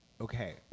Okay